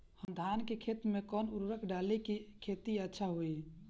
हम धान के खेत में कवन उर्वरक डाली कि खेती अच्छा होई?